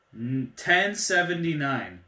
1079